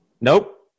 Nope